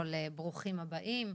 ברוכים הבאים.